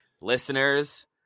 Listeners